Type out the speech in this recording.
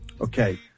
Okay